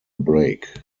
break